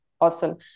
awesome